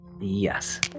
yes